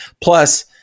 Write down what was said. Plus